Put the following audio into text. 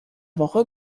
woche